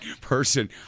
person